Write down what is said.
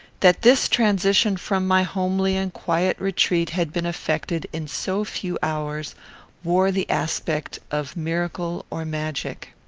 that this transition from my homely and quiet retreat had been effected in so few hours wore the aspect of miracle or magic.